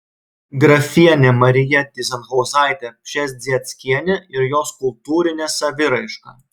grafienė marija tyzenhauzaitė pšezdzieckienė ir jos kultūrinė saviraiška